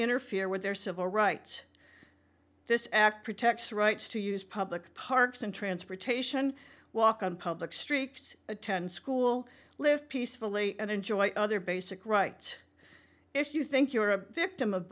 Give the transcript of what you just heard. interfere with their civil rights this act protects rights to use public parks in transportation walk on public streets attend school live peacefully and enjoy other basic rights if you think you are a victim of